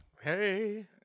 Hey